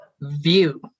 view